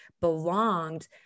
belonged